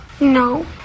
No